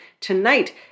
tonight